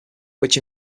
which